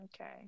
okay